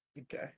okay